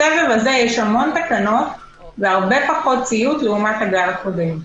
בסבב הזה יש המון תקנות והרבה פחות ציות לעומת הגל הקודם.